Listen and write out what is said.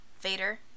Vader